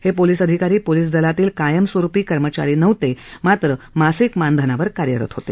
हे पोलीस अधिकारी पोलीस दलातील कायमस्वरुपी कर्मचारी नव्हते मात्र मासिक मानधनांवर कार्यरत होते